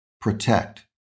protect